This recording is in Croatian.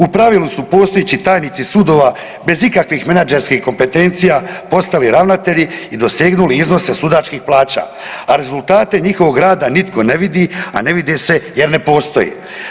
U pravilu su postojeći tajnici sudova bez ikakvih menadžerskih kompetencija postali ravnatelji i dosegnuli iznose sudačkih plaća, a rezultate njihovog rada nitko ne vidi, a ne vide se jer ne postoji.